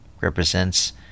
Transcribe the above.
represents